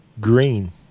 green